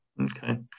Okay